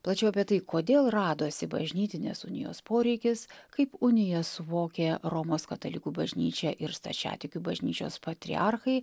plačiau apie tai kodėl radosi bažnytinės unijos poreikis kaip uniją suvokė romos katalikų bažnyčia ir stačiatikių bažnyčios patriarchai